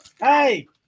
Hey